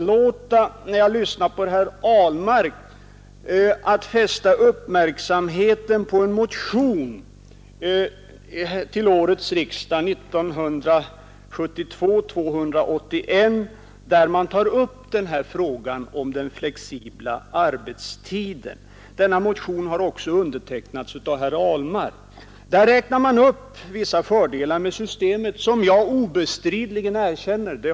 Efter att ha lyssnat till herr Ahlmark kan jag dock inte uraktlåta att fästa uppmärksamheten på motionen 281 till årets riksdag, där man tar upp frågan om den flexibla arbetstiden. Denna motion har undertecknats också av herr Ahlmark. Där räknar man upp vissa fördelar med systemet, vilka jag erkänner såsom obestridliga.